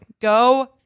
Go